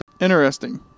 Interesting